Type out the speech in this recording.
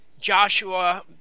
Joshua